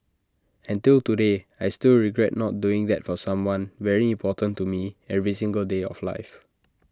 and till today I still regret not doing that for someone very important to me every single day of life